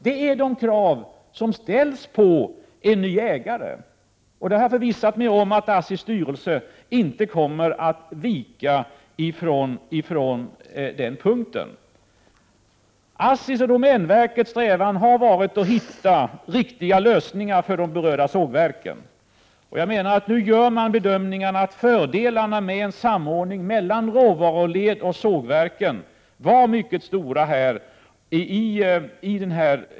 Det är de krav som ställs på en ny ägare, och jag har förvissat mig om att ASSI:s styrelse inte kommer att vika på den punkten. ASSI:s och domänverkets strävan har varit att hitta riktiga lösningar för de berörda sågverken. Nu gör man bedömningen att fördelarna med en samordning mellan råvaruledet och sågverken var mycket stora.